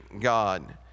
God